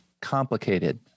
complicated